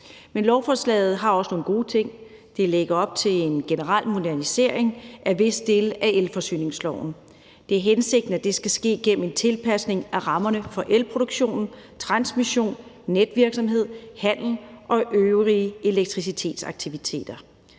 Men lovforslaget har også nogle gode ting. Det lægger op til en generel modernisering af visse dele af elforsyningsloven. Det er hensigten, at det skal ske gennem en tilpasning af rammerne for elproduktion, transmission, netvirksomhed, handel og øvrige elektricitetsaktiviteter.